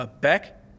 Beck